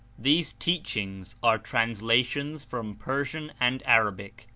these teachings are translations from persian and arabic,